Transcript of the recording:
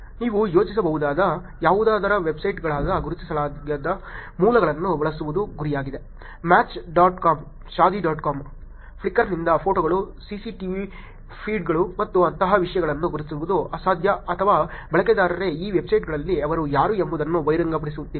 ನೀವು ಯೋಚಿಸಬಹುದಾದ ಯಾವುದೇ ವೆಬ್ಸೈಟ್ಗಳಾದ ಗುರುತಿಸಲಾಗದ ಮೂಲಗಳನ್ನು ಬಳಸುವುದು ಗುರಿಯಾಗಿದೆ match dot com Shaadi dot com ಫ್ಲಿಕರ್ನಿಂದ ಫೋಟೋಗಳು ಸಿಸಿಟಿವಿ ಫೀಡ್ಗಳು ಮತ್ತು ಅಂತಹ ವಿಷಯಗಳನ್ನು ಗುರುತಿಸುವುದು ಅಸಾಧ್ಯ ಅಥವಾ ಬಳಕೆದಾರರೇ ಈ ವೆಬ್ಸೈಟ್ಗಳಲ್ಲಿ ಅವರು ಯಾರು ಎಂಬುದನ್ನು ಬಹಿರಂಗಪಡಿಸುತ್ತಿಲ್ಲ